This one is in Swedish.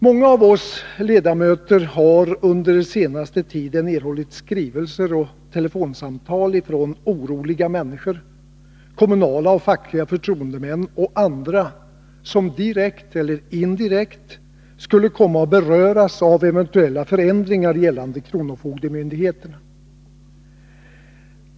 Många av oss ledamöter har under den senaste tiden erhållit skrivelser och telefonsamtal från oroliga människor, kommunala och fackliga förtroendemän och andra som direkt eller indirekt skulle komma att beröras av eventuella förändringar gällande kronofogdemyndigheterna.